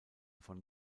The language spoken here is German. von